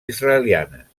israelianes